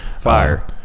Fire